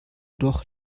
doch